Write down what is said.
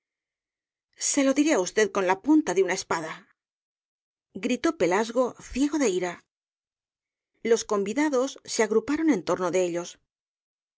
se lo diré á usted con la punta de una espada gritó pelasgo ciego de ira los convidados se agruparon en torno de ellos